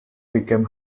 became